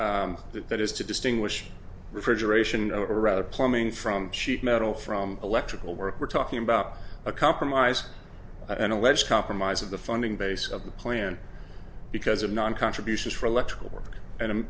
that that is to distinguish refrigeration or other plumbing from sheet metal from electrical work we're talking about a compromise an alleged compromise of the funding base of the plan because of non contributions for electrical work and